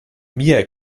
mir